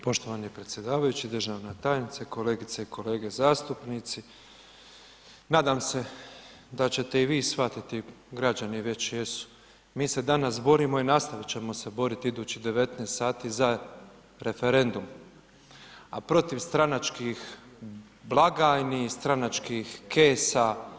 Poštovani predsjedavajući, državna tajnice, kolegice i kolege zastupnici, nadam se da ćete i vi shvatiti, građani već jesu, mi se danas borimo i nastavit ćemo se boriti idućih 19 sati za referendum, a protiv stranačkih blagajni i stranačkih kesa.